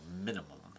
minimum